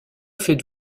faites